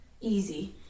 Easy